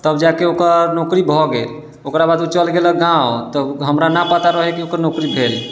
तब जाके ओकर नौकरी भऽ गेल ओकरा बाद उ चलि गेले गाँव तऽ हमरा नहि पता रहे कि ओकर नौकरी भेल